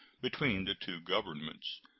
between the two governments.